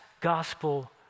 gospel